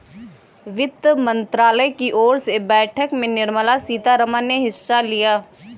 वित्त मंत्रालय की ओर से बैठक में निर्मला सीतारमन ने हिस्सा लिया